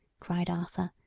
cried arthur.